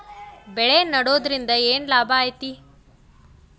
ಬೆಳೆ ನೆಡುದ್ರಿಂದ ಏನ್ ಲಾಭ ಐತಿ?